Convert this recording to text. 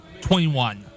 21